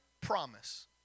promise